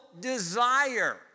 desire